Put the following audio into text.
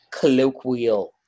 colloquial